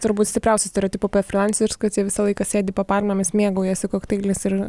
turbūt stipriausių stereotipų apie frylancerius kad jie visą laiką sėdi po palmėmis mėgaujasi kokteiliais ir